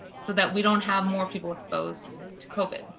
so that we don't have more people exposed to covid